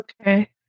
Okay